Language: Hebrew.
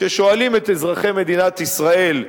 כששואלים את אזרחי מדינת ישראל,